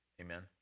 Amen